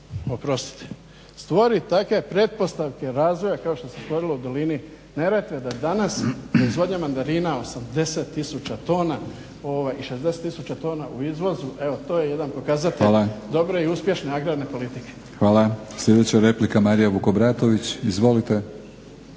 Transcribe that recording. području stvori takve pretpostavke razvoja kao što se stvorilo u dolini Neretve da danas proizvodnja mandarina 80 tisuća tona i 60 tisuća u izvozu evo to je jedan pokazatelj dobre i uspješne agrarne politike. **Batinić, Milorad (HNS)** Sljedeća replika Marija Vukobratović. Izvolite.